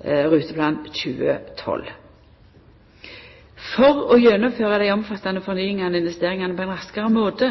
Ruteplan 2012. For å gjennomføra dei omfattande fornyingane og investeringane på ein raskare måte